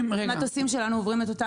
המטוסים שלנו עוברים את אותן בדיקות.